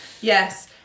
yes